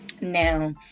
Now